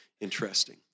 Interesting